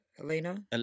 elena